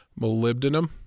molybdenum